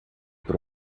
por